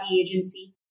agency